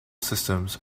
systems